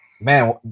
Man